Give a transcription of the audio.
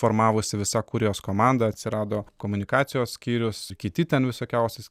formavosi visa kurijos komanda atsirado komunikacijos skyrius kiti ten visokiausius